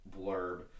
blurb